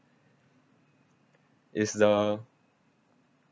is the